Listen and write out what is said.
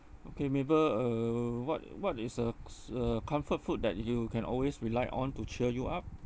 okay mabel uh what what is a a comfort food that you can always rely on to cheer you up